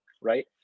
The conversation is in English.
right